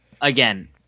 again